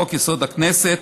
הכנסת,